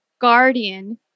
guardian